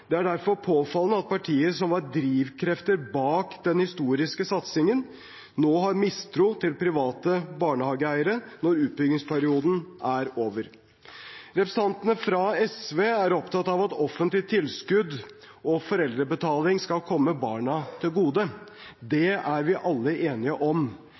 Det er derfor påfallende at partier som var drivkrefter bak den historiske satsingen, har mistro til private barnehageeiere nå når utbyggingsperioden er over. Representantene fra SV er opptatt av at offentlige tilskudd og foreldrebetaling skal komme barna til gode. Det er vi alle enige om.